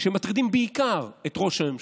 שמטרידים בעיקר את ראש הממשלה,